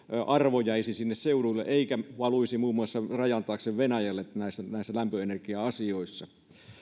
arvo jäisi sinne seuduille eikä valuisi muun muassa rajan taakse venäjälle näissä lämpöenergia asioissa